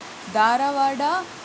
Dharwad